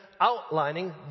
outlining